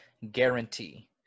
Guarantee